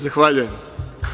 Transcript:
Zahvaljujem.